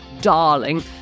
darling